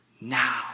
Now